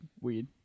weed